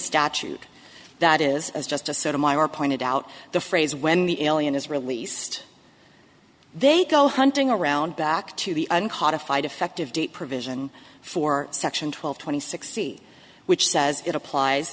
statute that is just a sort of wire pointed out the phrase when the alien is released they go hunting around back to the un codified effective date provision for section twelve twenty six see which says it applies